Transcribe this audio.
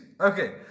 Okay